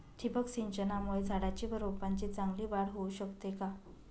ठिबक सिंचनामुळे झाडाची व रोपांची चांगली वाढ होऊ शकते का?